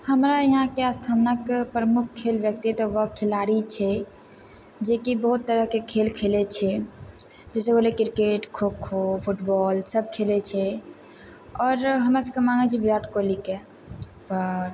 हमरा यहाँके स्थानक प्रमुख खेल व्यक्तित्व व खेलाड़ी छै जे कि बहुत तरहके खेल खेलै छै जैसे भेलै क्रिकेट खो खो फुटबॉल सब खेलै छै आओर हमरा सबके मानै छियै बिराट कोहलीके आओर